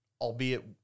albeit